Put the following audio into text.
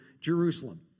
Jerusalem